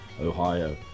Ohio